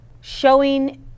showing